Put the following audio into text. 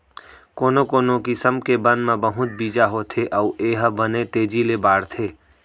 कोनो कोनो किसम के बन म बहुत बीजा होथे अउ ए ह बने तेजी ले बाढ़थे